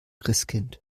christkind